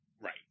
Right